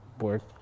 work